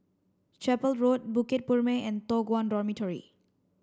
Chapel Road Bukit Purmei and Toh Guan Dormitory